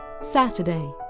Saturday